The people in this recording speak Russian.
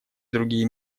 другие